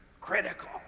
critical